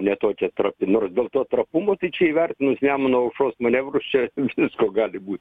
ne tokia trapi nors dėl to trapumo tai čia įvertinus nemuno aušros manevrus čia visko gali būt